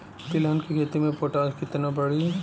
तिलहन के खेती मे पोटास कितना पड़ी?